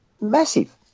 Massive